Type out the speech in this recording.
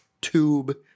tube